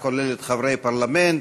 הכוללת חברי פרלמנט,